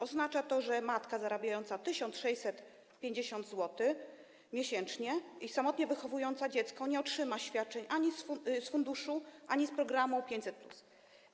Oznacza to, że matka zarabiająca 1650 zł miesięcznie samotnie wychowująca dziecko nie otrzyma świadczeń ani z funduszu, ani z programu 500+.